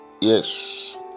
Yes